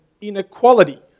inequality